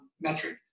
metric